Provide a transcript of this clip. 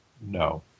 no